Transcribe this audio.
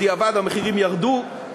בדיעבד המחירים ירדו.